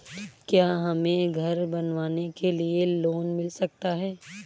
क्या हमें घर बनवाने के लिए लोन मिल सकता है?